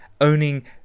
owning